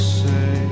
say